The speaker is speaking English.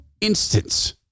instance